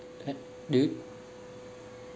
do you